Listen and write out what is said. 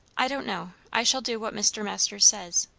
i don't know. i shall do what mr. masters says.